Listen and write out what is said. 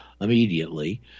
immediately